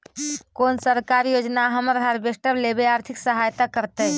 कोन सरकारी योजना हमरा हार्वेस्टर लेवे आर्थिक सहायता करतै?